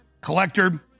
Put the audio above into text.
collector